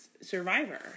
Survivor